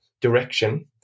direction